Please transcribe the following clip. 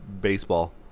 baseball